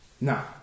Now